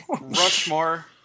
Rushmore